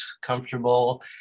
comfortable